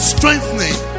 Strengthening